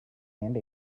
and